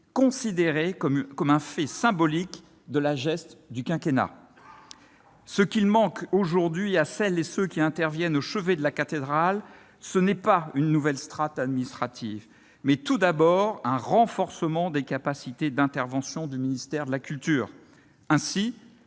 considéré comme un fait symbolique de la geste du quinquennat. Ce qui manque aujourd'hui à celles et ceux qui se relaient au chevet de la cathédrale, ce n'est pas une nouvelle strate administrative ; c'est, tout d'abord, le renforcement des capacités d'intervention du ministère de la culture. Ainsi,